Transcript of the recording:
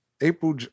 April